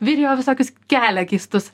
video visokius kelia keistus